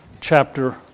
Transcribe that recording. chapter